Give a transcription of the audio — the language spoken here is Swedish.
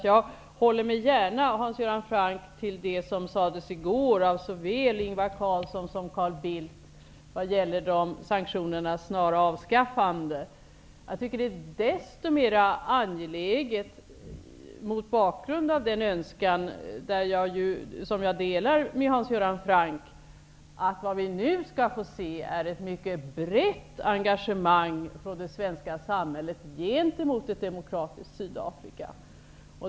Jag håller gärna med Hans Göran Franck angående det som sades i går såväl av Ingvar Carlsson som av Carl Bildt om sanktionernas snara avskaffande. Jag tycker att det är desto mer angeläget mot bakgrund av den önskan, som jag delar med Hans Göran Franck, att nu få se ett mycket brett engagemang från det svenska samhället för ett demokratiskt Sydafrika.